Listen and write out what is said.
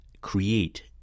create